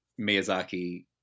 Miyazaki